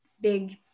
big